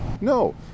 No